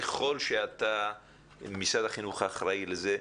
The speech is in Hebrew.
ככל שמשרד החינוך אחראי לזה,